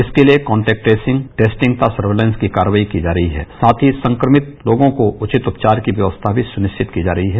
इसके लिए contact tracing testing surveillance की कारवाई की जा रही है साथ ही संक्रमिक लोगों को उचित उपचार की व्यवस्था भी सुनिश्चित की जा रही है